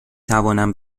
توانم